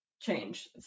change